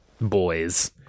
boys